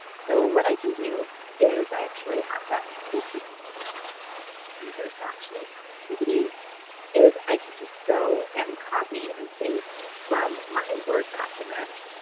so what i can do is i actually have that saved under zaption activity is i can just go and copy and paste from my word document.